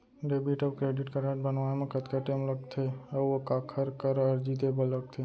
Debit अऊ credit card बनवाए मा कतका टेम लगथे, अऊ काखर करा अर्जी दे बर लगथे?